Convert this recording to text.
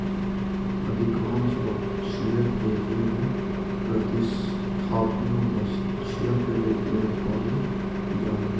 अधिकांश बछिया के एगो प्रतिस्थापन बछिया के रूप में पालल जा हइ